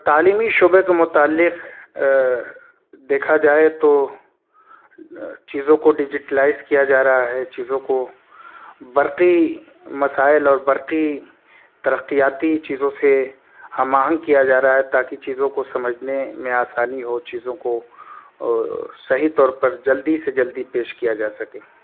تعلیمی شعبے کے متعلق دیکھا جائے تو چیزوں کو ڈیجٹلائیز کیا جا رہا ہے چیزوں کو برقی مسائل اور برقی ترقیاتی چیزوں سے ہم آہنگ کیا جا رہا ہے تاکہ چیزوں کو سمجھنے میں آسانی ہو چیزوں کو صحیح طور پر جلدی سے جلدی پیش کیا جا سکے